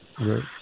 right